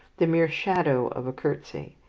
the mere shadow of a curtsey,